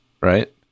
right